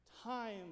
Time